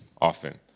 often